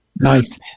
Nice